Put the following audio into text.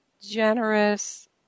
generous